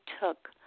took